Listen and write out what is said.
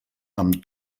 amb